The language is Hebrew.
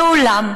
ואולם,